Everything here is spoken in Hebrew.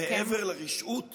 מעבר לרשעות